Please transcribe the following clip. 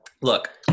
Look